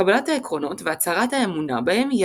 קבלת העקרונות והצהרת האמונה בהם היא